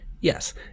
Yes